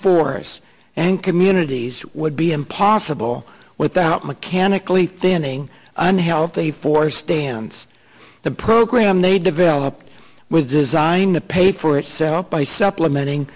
us and communities would be impossible without mechanically thinning unhealthy for stance the program they developed with design to pay for itself by supplementing